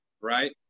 right